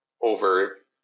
over